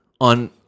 on